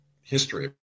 history